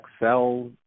Excel